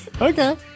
Okay